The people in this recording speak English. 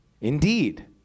Indeed